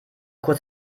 kurz